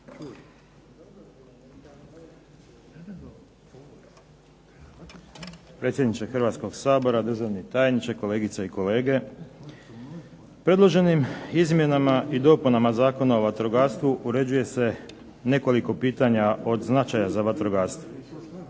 Predloženim izmjenama i dopunama Zakona o vatrogastvu uređuje se nekoliko pitanja od značaja za vatrogastvo.